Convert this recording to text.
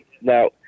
Now